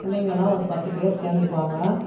பிள்ளைங்கள்லாம் ஒரு பத்து பேர் சேர்ந்துக்குவாங்க